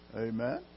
Amen